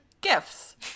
gifts